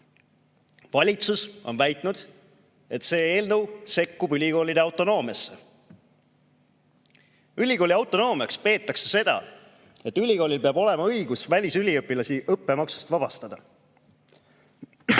Valitsus on väitnud, et see eelnõu sekkub ülikoolide autonoomiasse. Ülikooli autonoomiaks peetakse seda, et ülikoolil peab olema õigus välisüliõpilasi õppemaksust vabastada.